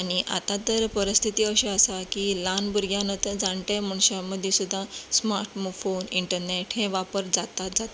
आतां तर परिस्थिती अशी आसा की ल्हान भुरग्यां नुं तर जाणटे मनशां मदीं सुद्दां स्मार्ट फोन इंटरनेट हें वापर जाता जाताच